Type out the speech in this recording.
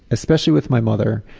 especially with my mother.